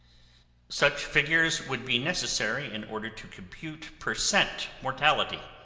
such figures would be necessary in order to compute per cent mortality.